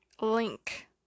link